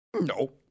No